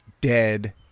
dead